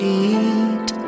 eat